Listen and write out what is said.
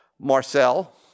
Marcel